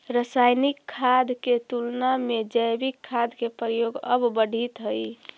रासायनिक खाद के तुलना में जैविक खाद के प्रयोग अब बढ़ित हई